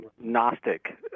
Gnostic